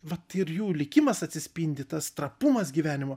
vat ir jų likimas atsispindi tas trapumas gyvenimo